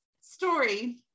story